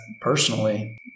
personally